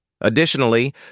Additionally